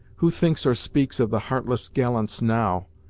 who thinks or speaks of the heartless gallants now?